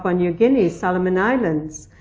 ah new guinea, solomon islands,